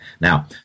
Now